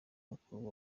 mukuru